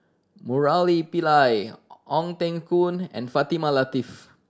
Murali Pillai Ong Teng Koon and Fatimah Lateef